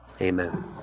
Amen